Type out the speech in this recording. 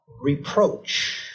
Reproach